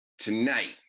Tonight